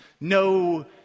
No